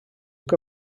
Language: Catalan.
que